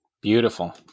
Beautiful